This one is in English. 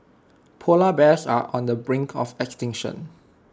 Polar Bears are on the brink of extinction